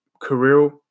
career